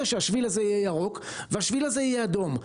שהשביל הזה יהיה ירוק והשביל הזה יהיה אדום.